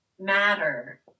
matter